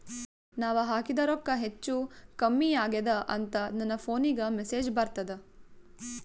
ನಾವ ಹಾಕಿದ ರೊಕ್ಕ ಹೆಚ್ಚು, ಕಮ್ಮಿ ಆಗೆದ ಅಂತ ನನ ಫೋನಿಗ ಮೆಸೇಜ್ ಬರ್ತದ?